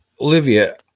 Olivia